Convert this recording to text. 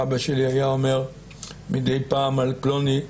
אבא שלי היה אומר מדי פעם על פלוני,